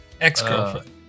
Ex-girlfriend